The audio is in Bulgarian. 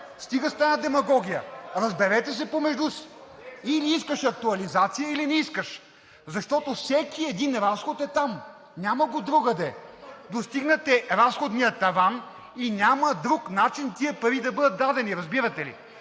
Стига с тази демагогия. Разберете се помежду си – или искаш актуализация, или не искаш, защото всеки един разход е там. Няма го другаде. Достигнат е разходният таван и няма друг начин тези пари да бъдат дадени, разбирате ли?